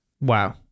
Wow